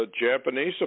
Japanese